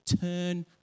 turn